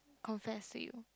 confess to you